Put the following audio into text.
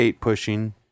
pushing